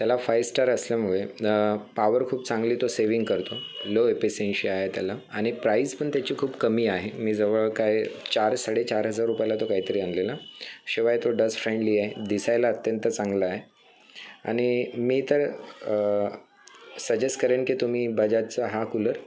त्याला five star असल्यामुळे power खूप चांगली तो सेविंग करतो लो एपिसेन्शी आहे त्याला आणि प्राईस पण त्याची खूप कमी आहे मी जवळ काय चार साडेचार हजार रुपयाला तो काहीतरी आणलेला शिवाय तो डस्ट फ्रेंडली आहे दिसायला अत्यंत चांगला आहे आणि मी तर सजेस्ट करेन की तुम्ही बजाजचा हा कूलर